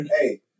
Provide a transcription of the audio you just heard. hey